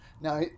Now